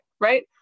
right